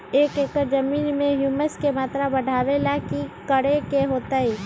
एक एकड़ जमीन में ह्यूमस के मात्रा बढ़ावे ला की करे के होतई?